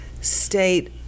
State